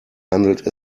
handelt